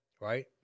right